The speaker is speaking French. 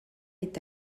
est